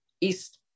east